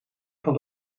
van